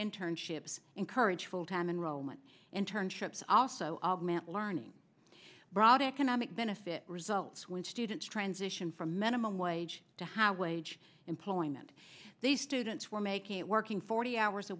internships encourage full time and roman internships also augment learning broad economic benefit results when students transition from minimum wage to how wage employment these students were making it working forty hours